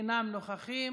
אינם נוכחים,